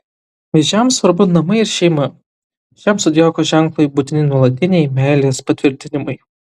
vėžiams svarbu namai ir šeima šiam zodiako ženklui būtini nuolatiniai meilės patvirtinimai